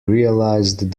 realized